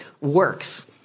works